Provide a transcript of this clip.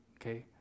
okay